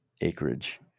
acreage